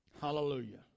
Hallelujah